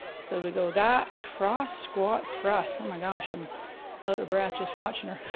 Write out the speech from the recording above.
so we go that, cross squat thrusts. oh my gosh, i'm out of breath just watching her.